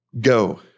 Go